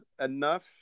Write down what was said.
enough